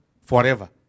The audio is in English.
Forever